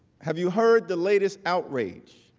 have you heard the loudest outrage